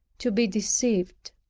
to be deceived.